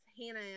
Hannah